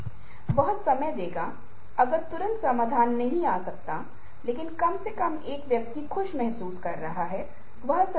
दूसरी ओर दूसरी छवि कार्रवाई और आंदोलन को दर्शाती है और जबकि यह क्षण स्पष्ट रूप से इंगित करता है कि वह टिन टिन किसी का पीछा करने की कोशिश कर रहा है जो बहुत स्पष्ट है